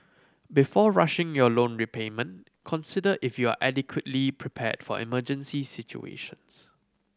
before rushing your loan repayment consider if you are adequately prepared for emergency situations